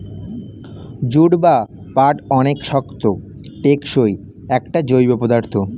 jute বা পাট অনেক শক্ত, টেকসই একটা জৈব পদার্থ